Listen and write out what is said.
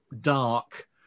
dark